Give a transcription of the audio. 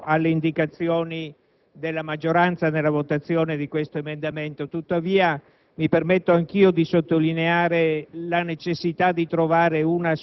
di prendere atto del fatto che per due anni questo Governo non è riuscito ad affrontare questo banale problema, per il quale chiediamo un po' di giustizia e di attenzione.